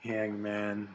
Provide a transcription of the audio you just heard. Hangman